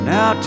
Now